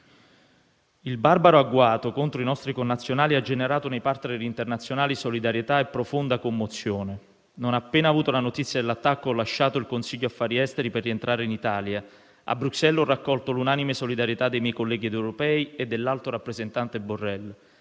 Il barbaro agguato contro i nostri connazionali ha generato nei *partner* internazionali solidarietà e profonda commozione. Non appena ho avuto la notizia dell'attacco ho lasciato il Consiglio degli affari esteri per rientrare in Italia. A Bruxelles ho raccolto l'unanime solidarietà dei miei colleghi europei e dell'alto rappresentante Borrell;